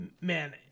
man